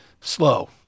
Slow